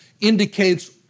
indicates